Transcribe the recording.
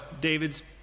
David's